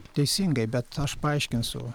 teisingai bet aš paaiškinsiu